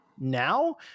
now